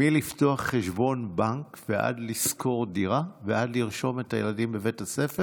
מלפתוח חשבון בנק ועד ללשכור דירה ועד ללרשום את הילדים בבית הספר.